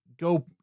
go